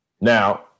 Now